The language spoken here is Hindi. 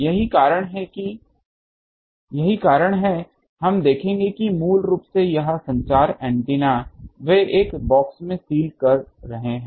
यही कारण है हम देखेंगे कि मूल रूप से यह संचार एंटीना वे एक बॉक्स में सील कर रहे हैं